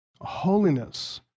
holiness